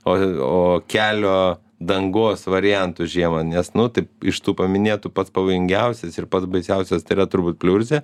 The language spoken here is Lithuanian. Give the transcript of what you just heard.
o o kelio dangos variantus žiemą nes nu tai iš tų paminėtų pats pavojingiausias ir pats baisiausias tai yra turbūt pliurzė